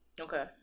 Okay